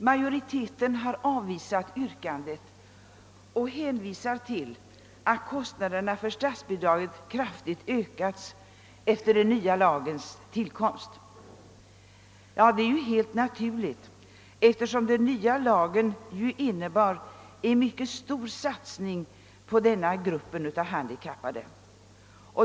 Majoriteten i utskottet har avvisat yrkandet och hänvisat till att kostnaderna för statsbidraget kraftigt ökats efter den nya lagens tillkomst. Detta är helt naturligt, eftersom den nya lagen ju innebär en mycket stor satsning på denna grupp av handikappade.